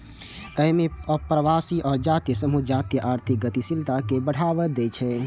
अय मे अप्रवासी आ जातीय समूह जातीय आर्थिक गतिशीलता कें बढ़ावा दै छै